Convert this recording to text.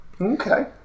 Okay